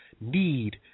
need